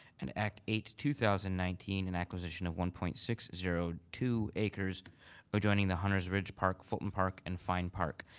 and act eight two thousand and nineteen and acquisition of one point six zero two acres adjoining the hunter's ridge park, fulton park and fine park.